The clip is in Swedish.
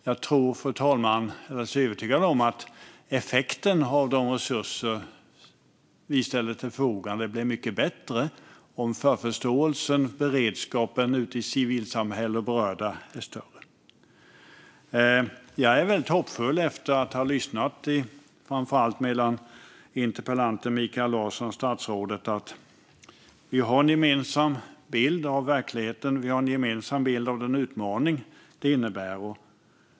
Jag är alldeles övertygad om, fru talman, att effekten av de resurser som vi ställer till förfogande blir mycket bättre om förförståelsen och beredskapen ute i civilsamhället och bland berörda är större. Jag är väldigt hoppfull efter att ha lyssnat på debatten mellan interpellanten Mikael Larsson och statsrådet. Vi har en gemensam bild av verkligheten. Vi har en gemensam bild av den utmaning som detta innebär.